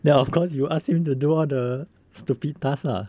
then of course you ask him to do all the stupid task lah